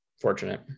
fortunate